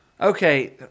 Okay